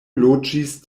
loĝis